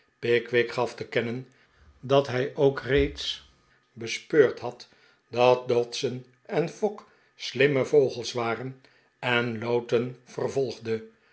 pickwick gaf te kennen dat hij ook reeds bespeurd had dat dodson en fogg slimme vogels waren en lowten vervolgde